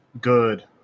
good